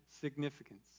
significance